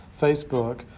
Facebook